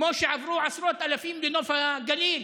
כמו שעברו עשרות אלפים לנוף הגליל.